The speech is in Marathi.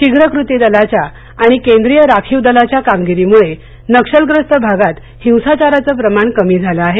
शिघ्र कृती दलाच्या आणि केंद्रीय राखीव दलाच्या कामगिरी मुळे नक्षलग्रस्त भागात हिंसाचाराचं प्रमाण कमी झालं आहे